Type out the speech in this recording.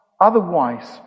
otherwise